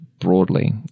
broadly